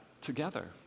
together